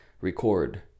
Record